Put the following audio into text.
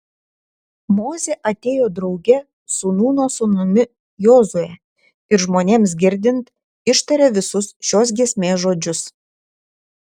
mozė atėjo drauge su nūno sūnumi jozue ir žmonėms girdint ištarė visus šios giesmės žodžius